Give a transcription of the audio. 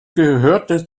gehörte